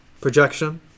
projection